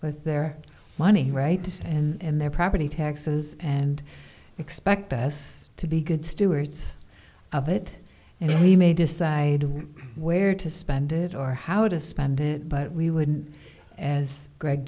with their money right and their property taxes and expect us to be good stewards of it and we may decide where to spend it or how to spend it but we would as greg